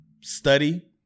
study